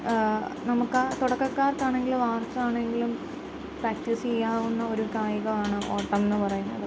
നമുക്ക് ആ തുടക്കക്കാർക്ക് ആണെങ്കിലും ആർക്കാണെങ്കിലും പ്രാക്ടീസ് ചെയ്യാവുന്ന ഒരു കായികമാണ് ഓട്ടം എന്ന് പറയുന്നത്